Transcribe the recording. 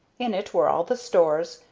in it were all the stores,